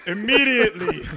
Immediately